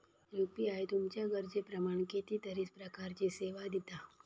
UPI तुमच्या गरजेप्रमाण कितीतरी प्रकारचीं सेवा दिता